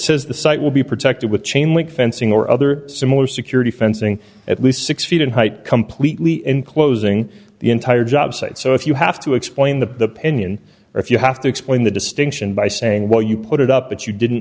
says the site will be protected with chain link fencing or other similar security fencing at least six feet in height completely enclosing the entire job site so if you have to explain the penny and if you have to explain the distinction by saying well you put it up but you didn't